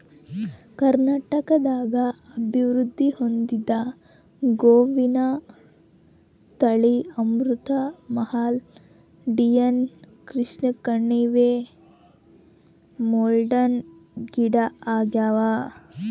ಕರ್ನಾಟಕದಾಗ ಅಭಿವೃದ್ಧಿ ಹೊಂದಿದ ಗೋವಿನ ತಳಿ ಅಮೃತ್ ಮಹಲ್ ಡಿಯೋನಿ ಕೃಷ್ಣಕಣಿವೆ ಮಲ್ನಾಡ್ ಗಿಡ್ಡಆಗ್ಯಾವ